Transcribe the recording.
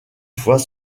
fois